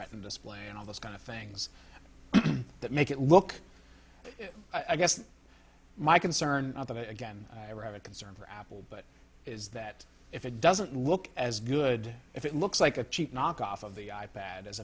retina display and all those kind of things that make it look i guess my concern again i have a concern for apple but is that if it doesn't look as good if it looks like a cheap knock off of the i pad as